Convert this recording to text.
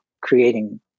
creating